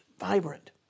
vibrant